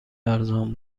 ارزان